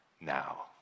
now